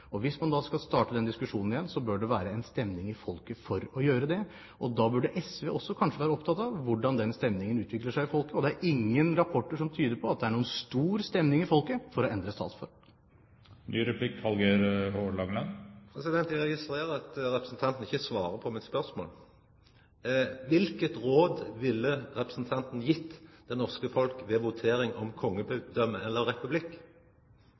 Og hvis man da skal starte den diskusjonen igjen, bør det være en stemning i folket for å gjøre det. Da burde SV kanskje også være opptatt av hvordan den stemningen utvikler seg i folket, og det er ingen rapporter som tyder på at det er noen stor stemning i folket for å endre statsform. Eg registrerer at representanten ikkje svarar på spørsmålet mitt. Kva råd ville representanten ha gjeve det norske folk ved votering om kongedømme eller republikk?